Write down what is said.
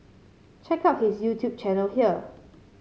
check out his YouTube channel here